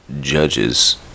judges